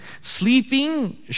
Sleeping